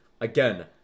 Again